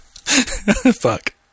Fuck